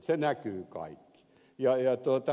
se näkyy kaikki